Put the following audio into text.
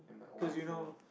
because you know